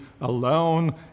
alone